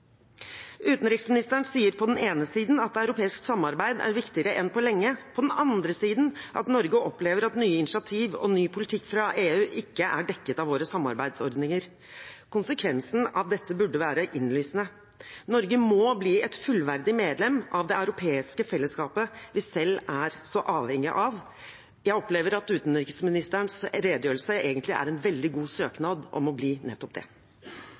Utenriksministeren sier på den ene siden at europeisk samarbeid er viktigere enn på lenge, på den andre siden at Norge opplever at nye initiativer og ny politikk fra EU ikke er dekket av våre samarbeidsordninger. Konsekvensen av det burde være innlysende: Norge må bli et fullverdig medlem av det europeiske fellesskapet vi selv er så avhengig av. Jeg opplever at utenriksministerens redegjørelse egentlig er en veldig god søknad om å bli nettopp det.